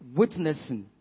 witnessing